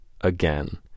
again